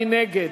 מי נגד?